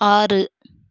ஆறு